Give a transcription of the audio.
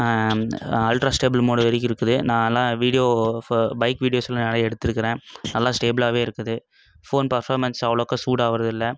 ultra stable mode வரைக்கும் இருக்குது நான்லாம் வீடியோ ஃப பைக் வீடியோஸ்லாம் நான் நிறைய எடுத்துஇருக்கறேன் நல்லா ஸ்டேபுளாகவே இருக்குது ஃபோன் பர்ஃபாமென்ஸ் அவ்வளோக்கா சூடாவறதில்ல